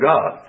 God